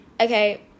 okay